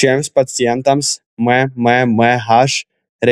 šiems pacientams mmmh